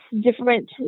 different